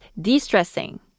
de-stressing